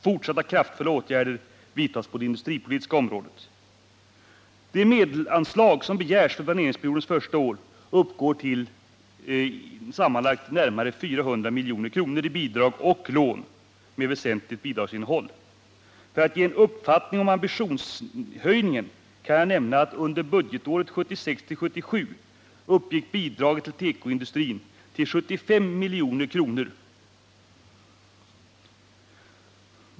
Fortsatta kraftfulla åtgärder vidtas på det industripolitiska området. De anslag som begärs för planeringsperiodens första år uppgår till sammanlagt närmare 400 milj.kr. i bidrag och lån med väsentligt bidragsinnehåll. För att ge en uppfattning om ambitionshöjningen kan jag nämna att under budgetåret 1976/77 uppgick bidraget til! tekoindustrin till 75 milj.kr.